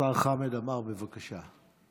השר חמד עמאר, בבקשה.